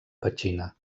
petxina